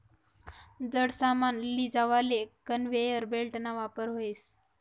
जड सामान लीजावाले कन्वेयर बेल्टना वापर व्हस